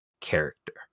character